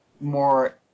more